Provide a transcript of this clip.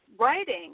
writing